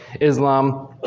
Islam